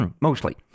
Mostly